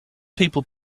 people